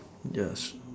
ya I als~